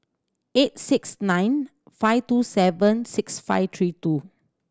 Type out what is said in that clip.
eight six nine five two seven six five three two